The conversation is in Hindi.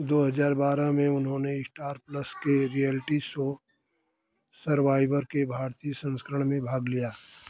दो हज़ार बारह में उन्होंने स्टार प्लस के रियलिटी शो सर्वाइवर के भारतीय संस्करण में भाग लिया